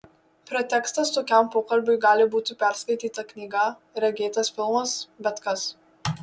pretekstas tokiam pokalbiui gali būti perskaityta knyga regėtas filmas bet kas